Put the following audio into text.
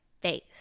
face